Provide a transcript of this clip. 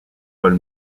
paul